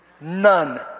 None